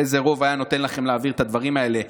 איזה רוב היה נותן לכם להעביר את הדברים האלה?